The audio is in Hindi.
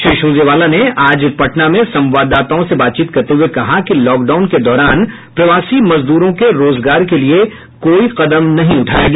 श्री सुरजेवाला ने आज पटना में संवाददाताओं से बातचीत करते हुए कहा कि लॉकडाउन के दौरान प्रवासी मजदूरों के रोजगार के लिए कोई कदम नहीं उठाया गया